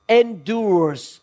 endures